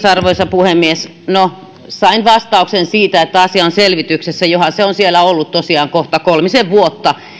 arvoisa puhemies no sain vastauksen siitä että asia on selvityksessä johan se on siellä ollut tosiaan kohta kolmisen vuotta